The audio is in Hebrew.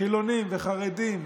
חילונים וחרדים,